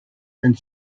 and